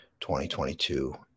2022